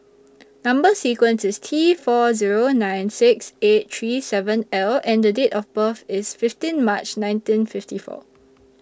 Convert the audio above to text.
Number sequence IS T four Zero nine six eight three seven L and Date of birth IS fifteen March nineteen fifty four